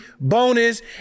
bonus